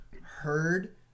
heard